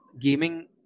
gaming